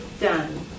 done